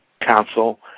Council